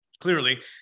Clearly